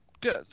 Good